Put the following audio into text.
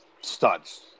studs